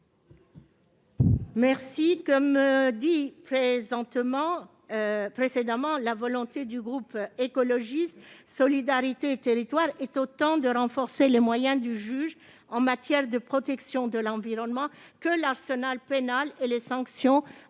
je l'ai dit précédemment, la volonté du groupe Écologiste - Solidarité et Territoires est de renforcer autant les moyens du juge en matière de protection de l'environnement que l'arsenal pénal et les sanctions